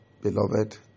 Beloved